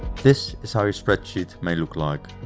this is how a spreadsheet may look like.